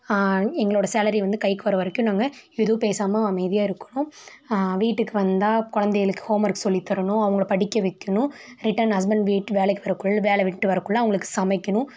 எங்களோட சேலரி வந்து கைக்கு வர வரைக்கும் நாங்கள் எதுவும் பேசாமல் அமைதியாக இருக்கணும் வீட்டுக்கு வந்தால் குழந்தைகளுக்கு ஹோம் ஒர்க் சொல்லி தரணும் அவங்க படிக்க வைக்கணும் ரிட்டன் ஹஸ்பண்ட் வீட்டுக்கு வேலை வர்றதுக்குள் வேலை விட்டு வர்றதுக்குள்ள அவங்களுக்கு சமைக்கணும்